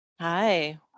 Hi